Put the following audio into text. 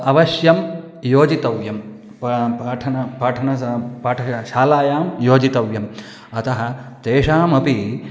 अवश्यं योजितव्यं पाठनं पाठनं पाठनं सः पाठशालायां योजितव्यम् अतः तेषामपि